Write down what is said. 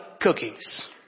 cookies